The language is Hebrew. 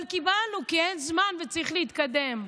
אבל קיבלנו כי אין זמן וצריך להתקדם.